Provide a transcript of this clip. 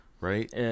right